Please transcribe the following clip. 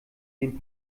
den